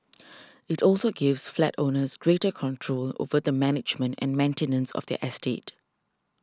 it also gives flat owners greater control over the management and maintenance of their estate